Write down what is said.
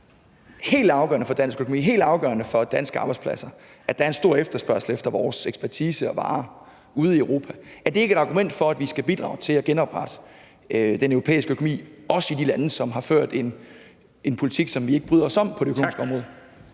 helt afgørende for dansk økonomi, helt afgørende for danske arbejdspladser, at der er en stor efterspørgsel efter vores ekspertise og varer ude i Europa. Er det ikke et argument for, at vi skal bidrage til at genoprette den europæiske økonomi, også i de lande, som har ført en politik, som vi ikke bryder os om, på det økonomiske område?